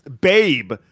Babe